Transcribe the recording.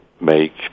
make